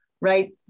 right